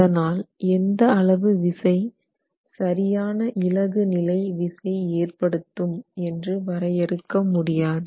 அதனால் எந்த அளவு விசை சரியான இளகு நிலை விசை ஏற்படுத்தும் என்று வரையறுக்க முடியாது